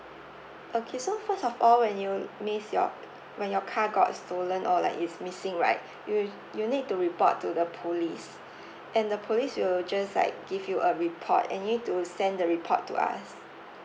okay so first of all when you miss your when your car got stolen or like is missing right you you need to report to the police and the police will just like give you a report and you need to send the report to us